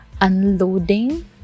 unloading